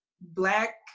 black